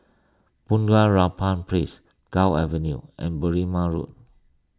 Bunga Rampai Place Gul Avenue and Berrima Road